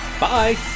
Bye